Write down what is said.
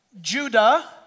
Judah